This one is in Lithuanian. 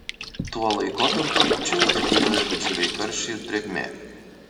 tuo laikotarpiu čia jau tvyrojo didžiuliai karščiai ir drėgmė